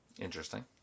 Interesting